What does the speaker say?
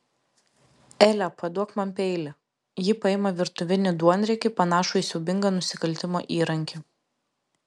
ele paduok man peilį ji paima virtuvinį duonriekį panašų į siaubingą nusikaltimo įrankį